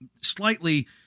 slightly